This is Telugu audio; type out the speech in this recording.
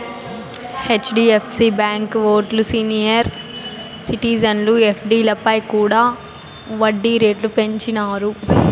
హెచ్.డీ.ఎఫ్.సీ బాంకీ ఓల్లు సీనియర్ సిటిజన్ల ఎఫ్డీలపై కూడా ఒడ్డీ రేట్లు పెంచినారు